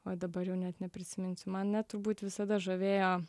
oi dabar jau net neprisiminsiu mane turbūt visada žavėjo